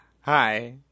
Hi